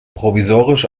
provisorisch